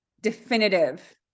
definitive